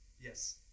Yes